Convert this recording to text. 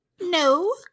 No